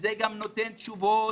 זה גם נותן תשובות